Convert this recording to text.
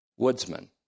woodsman